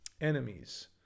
enemies